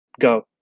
Go